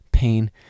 pain